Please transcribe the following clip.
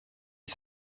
dix